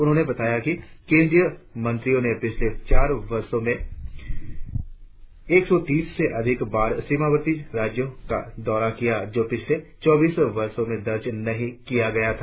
उन्होंने बताया कि केंद्रीय मंत्रियो ने पिछले चार वर्षो के दौरान एक शौ तीस से अधिक बार सीमावर्ती राज्य का दौरा किया है जो पहले चौबीस वर्षो में दर्ज नही किया गया था